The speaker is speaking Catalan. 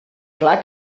clar